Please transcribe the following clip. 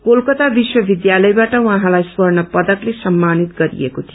कलकता विश्व विद्यालयबाट उहाँलाई स्वर्ण पदकले सम्मानित गरिएको थियो